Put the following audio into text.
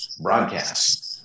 broadcast